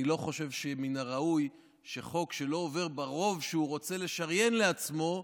אני לא חושב שמן הראוי שחוק שלא עובר ברוב שהוא רוצה לשריין לעצמו,